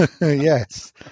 Yes